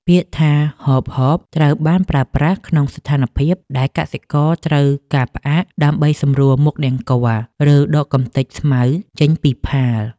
ពាក្យថា ហបៗ ត្រូវបានប្រើប្រាស់ក្នុងស្ថានភាពដែលកសិករត្រូវការផ្អាកដើម្បីសម្រួលមុខនង្គ័ល ឬដកកម្ទេចស្មៅចេញពីផាល។